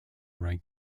write